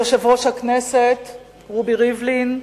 יושב-ראש הכנסת רובי ריבלין,